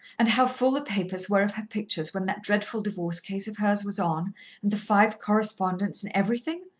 and how full the papers were of her pictures, when that dreadful divorce case of hers was on the five co-respondents and everything?